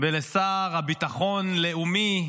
ולשר לביטחון הלאומי,